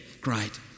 great